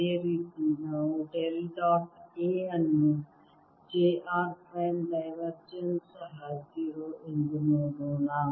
ಅದೇ ರೀತಿ ನಾವು ಡೆಲ್ ಡಾಟ್ A ಅನ್ನು j r ಪ್ರೈಮ್ನ ಡೈವರ್ಜೆನ್ಸ್ ಸಹ 0 ಎಂದು ನೋಡೋಣ